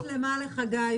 בריאות שלמה לחגי.